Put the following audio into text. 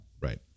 Right